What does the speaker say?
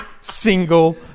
single